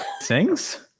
sings